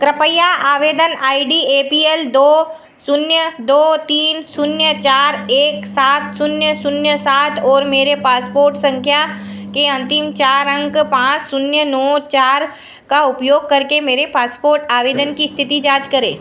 कृपया आवेदन I D A P L दो शून्य दो तीन शून्य चार एक सात शून्य शून्य सात और मेरे पासपोर्ट सँख्या के अन्तिम चार अंक पाँच शून्य नौ चार का उपयोग करके मेरे पासपोर्ट आवेदन की इस्थिति जाँच करें